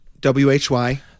W-H-Y